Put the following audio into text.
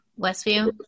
Westview